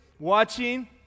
Watching